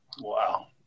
Wow